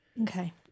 Okay